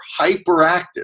hyperactive